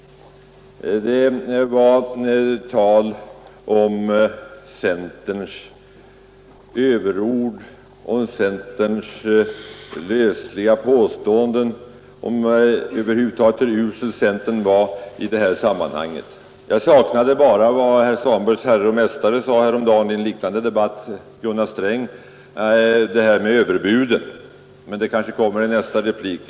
Det var tal om centerns överord, om centerns lösliga påståenden, om hur usel centern över huvud taget var. Jag saknade bara vad herr Svanbergs herre och mästare, Gunnar Sträng, sade häromdagen i en liknande debatt, nämligen det där om överbud. Det kanske kommer i nästa replik.